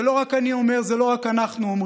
את זה לא רק אני אומר, את זה לא רק אנחנו אומרים.